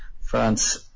France